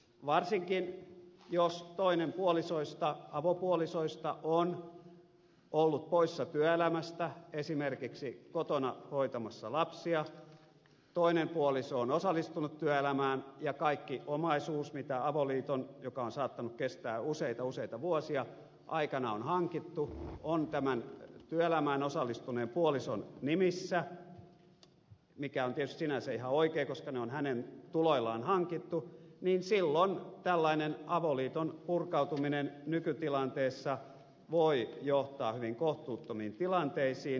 varsinkin jos toinen avopuolisoista on ollut poissa työelämästä esimerkiksi kotona hoitamassa lapsia ja toinen puoliso on osallistunut työelämään ja kaikki omaisuus mitä on hankittu avoliiton aikana joka on saattanut kestää useita useita vuosia on tämän työelämään osallistuneen puolison nimissä mikä on tietysti sinänsä ihan oikein koska ne on hänen tuloillaan hankittu silloin avoliiton purkautuminen nykytilanteessa voi johtaa hyvin kohtuuttomiin tilanteisiin